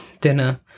dinner